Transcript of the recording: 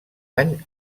any